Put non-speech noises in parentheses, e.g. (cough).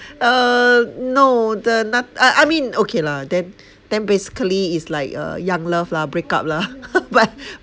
uh no the noth~ I I mean okay lah then then basically it's like a young love lah breakup lah (laughs) but